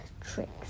tricks